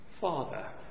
Father